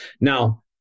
Now